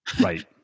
Right